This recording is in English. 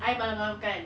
I malam-malam kan